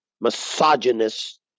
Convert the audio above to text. misogynist